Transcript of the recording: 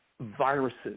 viruses